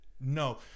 no